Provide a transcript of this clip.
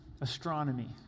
astronomy